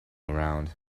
around